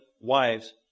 wives